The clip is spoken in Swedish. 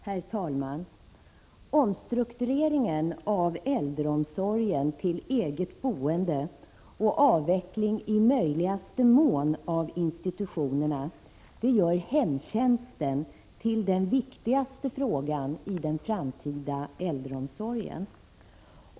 Herr talman! Omstruktureringen av äldreomsorgen till eget boende och avveckling i möjligaste mån av institutionerna gör hemtjänsten till den viktigaste frågan i den framtida äldreomsorgen.